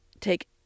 take